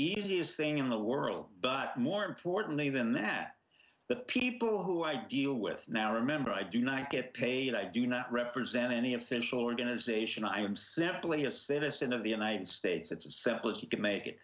easiest thing in the world but more importantly than that but people who i deal with now remember i do not get paid i do not represent any official organization i am simply a citizen of the united states it's as simple as you can make it